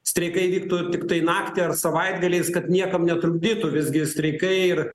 streikai vyktų tiktai naktį ar savaitgaliais kad niekam netrukdytų visgi streikai ir